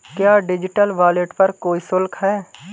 क्या digital wallet पर कोई शुल्क है?